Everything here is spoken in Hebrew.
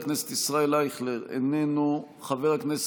זו מליאת